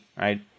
right